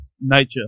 nature